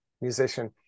musician